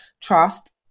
trust